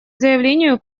заявлению